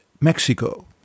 Mexico